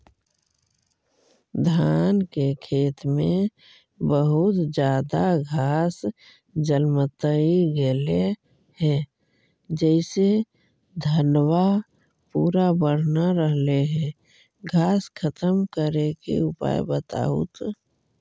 धान के खेत में बहुत ज्यादा घास जलमतइ गेले हे जेसे धनबा पुरा बढ़ न रहले हे घास खत्म करें के उपाय बताहु तो?